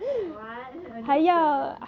what only that